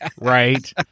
Right